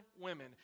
women